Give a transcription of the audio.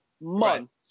months